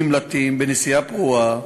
נמלטים בנסיעה פרועה,